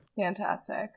Fantastic